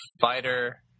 fighter